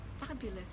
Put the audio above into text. Fabulous